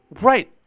Right